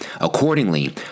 Accordingly